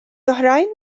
oħrajn